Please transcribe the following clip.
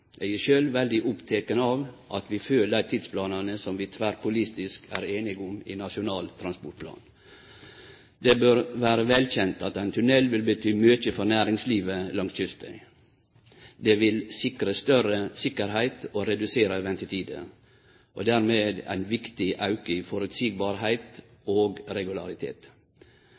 Eg er sjølv veldig oppteken av at vi følgjer dei tidsplanane som vi tverrpolitisk er einige om i Nasjonal transportplan. Det bør vere velkjent at ein tunnel vil bety mykje for næringslivet langs kysten. Det vil føre til større sikkerheit og redusere ventetider, og dermed sikre føreseielege forhold og betre regulariteten. I